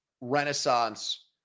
renaissance